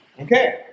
Okay